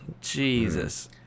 Jesus